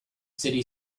city